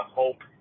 hope